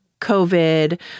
covid